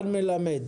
מלמד,